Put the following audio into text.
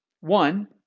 One